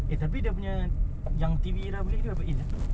eh tapi dia punya yang T_V dia orang beli berapa inch ya